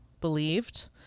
believed